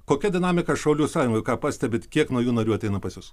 kokia dinamika šaulių sąjungoj ką pastebit kiek naujų narių ateina pas jus